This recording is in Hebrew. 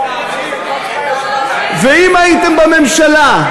ואם הייתם בממשלה,